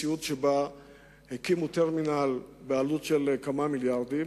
מציאות שבה הקימו טרמינל בעלות של כמה מיליארדים,